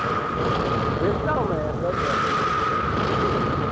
हाँ ठीक है भेजता हूँ मैं अब बैठो आप लोग टेबल पर